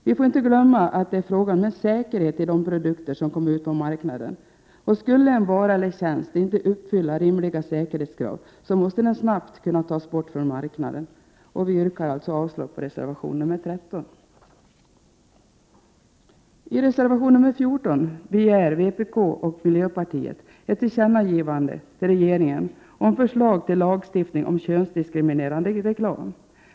Vi får inte glömma att det är fråga om en säkerhet i de produkter som kommer ut på marknaden, och skulle en vara eller tjänst inte uppfylla rimliga säkerhetskrav, måste den snabbt kunna tas bort från marknaden. Vi yrkar avslag på reservation nr 13. I reservation nr 14 begär vpk och miljöpartiet ett tillkännagivande till regeringen om förslag till lagstiftning om könsdiskriminerande reklam.